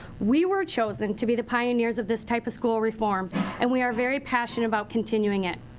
we were chosen to be the pioneers of this type of school reform and we are very passionate about continuing it.